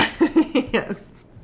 Yes